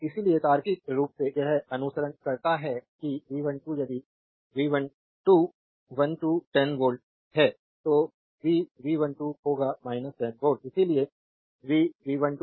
इसलिए तार्किक रूप से यह अनुसरण करता है कि V12 यदि V12 1 2 10 वोल्ट है तो V V21 होगा 10 वोल्ट इसलिए V V12 V V21